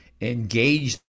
engage